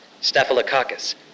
staphylococcus